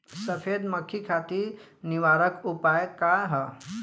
सफेद मक्खी खातिर निवारक उपाय का ह?